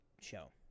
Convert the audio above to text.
show